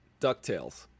DuckTales